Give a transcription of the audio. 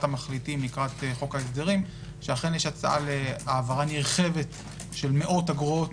המחליטים לקראת חוק ההסדרים שאכן יש הצעה להעברה נרחבת של מאות אגרות